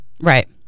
right